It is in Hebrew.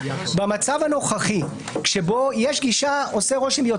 אלא במצב הנוכחי כשבו יש גישה שעושה רושם שהיא